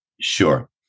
Sure